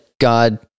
God